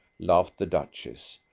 laughed the duchess.